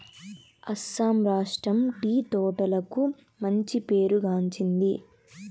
అస్సాం రాష్ట్రం టీ తోటలకు మంచి పేరు గాంచింది